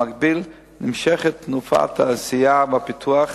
במקביל, נמשכת תנופת העשייה והפיתוח